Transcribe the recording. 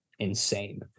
insane